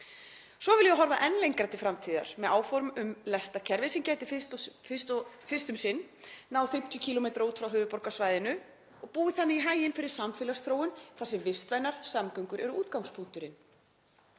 Svo viljum við horfa enn lengra til framtíðar með áform um lestakerfi sem gæti fyrst um sinn náð 50 km út frá höfuðborgarsvæðinu og búið þannig í haginn fyrir samfélagsþróun þar sem vistvænar samgöngur eru útgangspunkturinn.